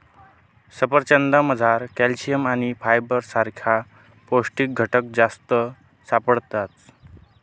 सफरचंदमझार कॅल्शियम आणि फायबर सारखा पौष्टिक घटक जास्त सापडतस